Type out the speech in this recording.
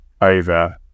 over